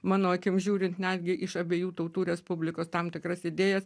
mano akim žiūrint netgi iš abiejų tautų respublikos tam tikras idėjas